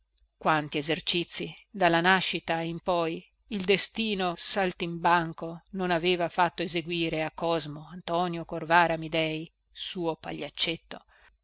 quanti esercizi dalla nascita in poi il destino saltimbanco non aveva fatto eseguire a cosmo antonio corvara amidei suo pagliaccetto